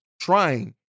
trying